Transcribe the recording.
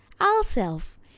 ourself